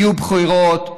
יהיו בחירות.